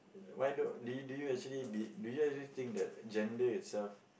why d~ do you do you actually be do you actually think that gender itself